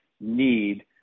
need